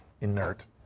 inert